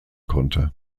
konnte